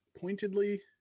pointedly